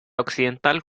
occidental